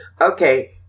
Okay